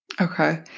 Okay